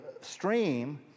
stream